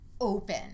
open